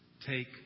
take